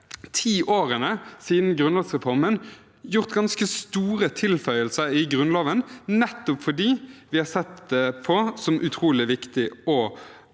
ti årene siden grunnlovsreformen gjort ganske store tilføyelser i Grunnloven, nettopp fordi vi har sett det som utrolig viktig å